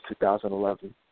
2011